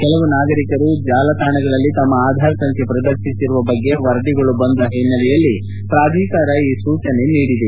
ಕೆಲವು ನಾಗರಿಕರು ಜಾಲತಾಣಗಳಲ್ಲಿ ತಮ್ನ ಆಧಾರ್ ಸಂಖ್ಯೆ ಪ್ರದರ್ಶಿಸಿರುವ ಬಗ್ಗೆ ವರದಿಗಳು ಬಂದ ಹಿನ್ನೆಲೆಯಲ್ಲಿ ಪ್ರಾಧಿಕಾರ ಈ ಸೂಚನೆ ನೀಡಿದೆ